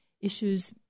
issues